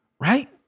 right